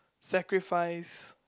sacrifice